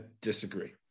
disagree